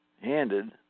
handed